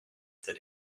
that